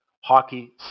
Hockey